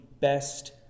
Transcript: best